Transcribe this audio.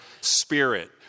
spirit